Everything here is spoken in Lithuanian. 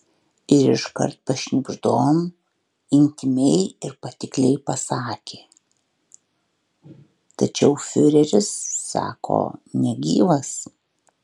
ir iškart pašnibždom intymiai ir patikliai pasakė tačiau fiureris sako negyvas